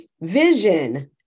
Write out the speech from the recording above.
vision